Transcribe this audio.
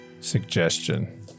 Suggestion